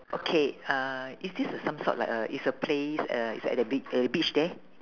okay uh is this uh some sort like uh is a place uh it's at the be~ at the beach there